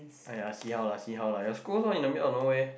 aiyar see how lah see how lah your school held in the mile of no way